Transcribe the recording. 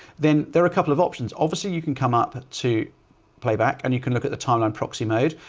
then there are a couple of options. obviously you can come up to playback and you can look at the timeline proxy mode.